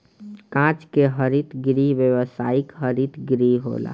कांच के हरित गृह व्यावसायिक हरित गृह होला